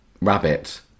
rabbit